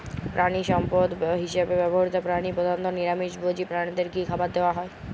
প্রাণিসম্পদ হিসেবে ব্যবহৃত প্রাণী প্রধানত নিরামিষ ভোজী প্রাণীদের কী খাবার দেয়া হয়?